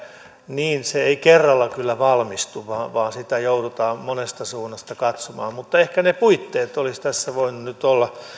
niin se ei kerralla kyllä valmistu vaan vaan sitä joudutaan monesta suunnasta katsomaan mutta ehkä ne puitteet olisivat tässä voineet nyt olla